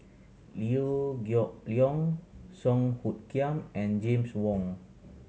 Liew Geok Leong Song Hoot Kiam and James Wong